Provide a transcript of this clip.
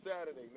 Saturday